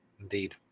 indeed